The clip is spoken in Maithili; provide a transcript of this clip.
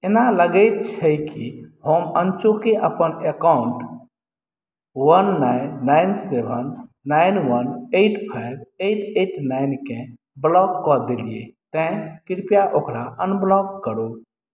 एना लगैत छै कि हम अनचोके अपन account one nine nine seven nine one eight five eight eight nine केँ ब्लॉक कऽ देलियै तेँ कृप्या ओकरा अनब्लॉक करू